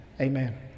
amen